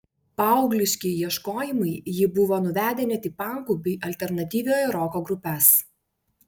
paaugliški ieškojimai jį buvo nuvedę net į pankų bei alternatyviojo roko grupes